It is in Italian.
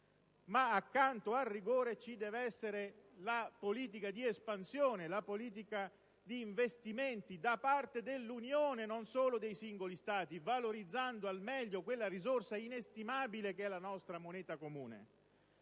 Ma, accanto al rigore, ci deve essere la politica di espansione, la politica di investimenti da parte dell'Unione, non solo dei singoli Stati, valorizzando al meglio quella risorsa inestimabile che è la nostra moneta comune.